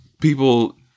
people